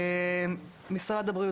משרד הבריאות